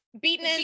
beaten